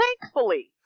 thankfully